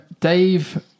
Dave